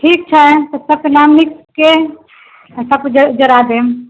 ठीक छै सबके नाम लिख के सबकिछु जरा देब